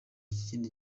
ikindi